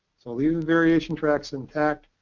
we'll leave variation tracks in tact.